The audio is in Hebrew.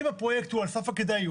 אם הפרויקט הוא על סף הכדאיות,